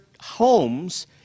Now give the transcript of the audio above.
homes